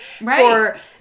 Right